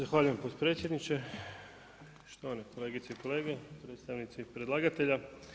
Zahvaljujem potpredsjedniče, štovane kolegice i kolege, predstavnici predlagatelja.